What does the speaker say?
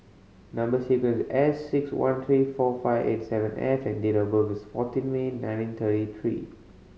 number sequence S six one three four five eight seven F and date of birth is fourteen May nineteen thirty three